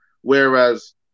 whereas